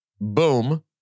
boom